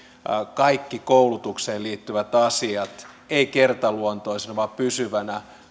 kaikki koulutukseen liittyvät asiat ei kertaluontoisena vaan pysyvänä